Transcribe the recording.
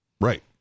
right